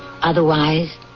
otherwise